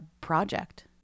project